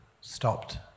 stopped